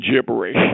gibberish